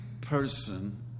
person